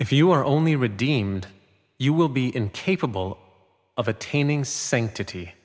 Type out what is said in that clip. if you are only redeemed you will be incapable of attaining sanctity